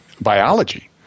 biology